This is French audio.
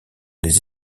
les